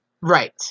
right